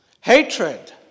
Hatred